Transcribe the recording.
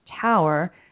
Tower